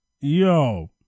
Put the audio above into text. yo